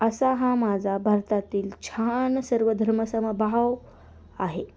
असा हा माझा भारतातील छान सर्व धर्म समभाव आहे